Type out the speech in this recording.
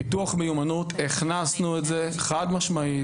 הכנסנו את זה חד-משמעית.